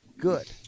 good